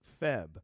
feb